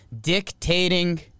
dictating